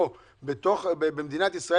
לפני שלושה שבועות דנו פה בוועדה הזו